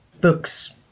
Books